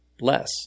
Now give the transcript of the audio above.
less